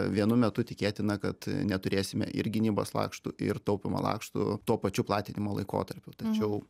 vienu metu tikėtina kad neturėsime ir gynybos lakštų ir taupymo lakštų tuo pačiu platinimo laikotarpiu tačiau